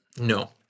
no